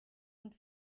und